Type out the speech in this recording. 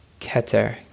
keter